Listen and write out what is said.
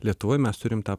lietuvoj mes turim tą